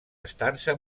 estança